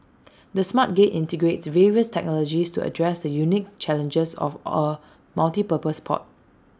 the smart gate integrates various technologies to address the unique challenges of A multipurpose port